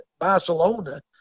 Barcelona